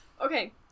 okay